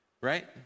right